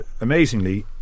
amazingly